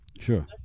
Sure